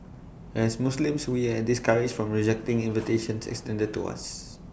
as Muslims we are discouraged from rejecting invitations extended to us